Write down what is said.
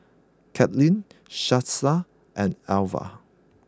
Katelin Shasta and Elvia